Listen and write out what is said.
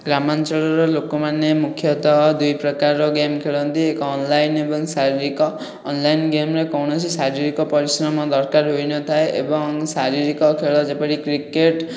ଗ୍ରାମାଞ୍ଚଳର ଲୋକମାନେ ମୁଖ୍ୟତଃ ଦୁଇ ପ୍ରକାରର ଗେମ୍ ଖେଳନ୍ତି ଏକ ଅନଲାଇନ୍ ଏବଂ ଶାରୀରିକ ଅନଲାଇନ୍ ଗେମ୍ରେ କୌଣସି ଶାରୀରିକ ପରିଶ୍ରମ ଦରକାର ହୋଇନଥାଏ ଏବଂ ଶାରୀରିକ ଖେଳ ଯେପରି କ୍ରିକେଟ୍